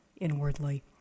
inwardly